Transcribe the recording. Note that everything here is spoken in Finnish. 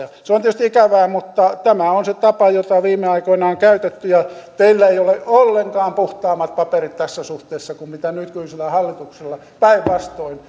se on tietysti ikävää mutta tämä on se tapa jota viime aikoina on käytetty ja teillä ei ole ollenkaan puhtaammat paperit tässä suhteessa kuin mitä nykyisellä hallituksella päinvastoin